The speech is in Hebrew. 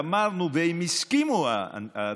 ואמרנו, הם הסכימו, העצמאים,